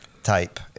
type